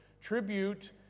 tribute